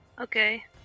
Okay